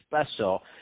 special